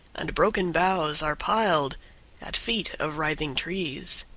and broken boughs are piled at feet of writhing trees.